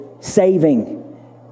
Saving